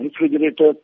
refrigerator